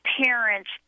parents